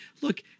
look